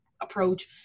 approach